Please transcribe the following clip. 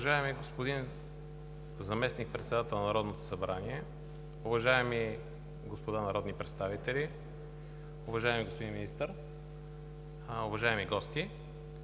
Уважаеми господин Заместник-председател на Народното събрание, уважаеми господа народни представители, уважаеми господин Министър, уважаеми гости!